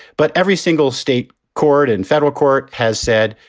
but every single state court and federal court has said,